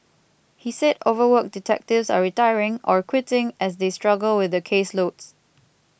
he said overworked detectives are retiring or quitting as they struggle with the caseloads